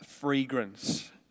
fragrance